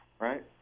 right